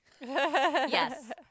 yes